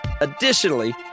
Additionally